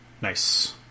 Nice